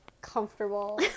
comfortable